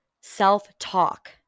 self-talk